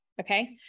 Okay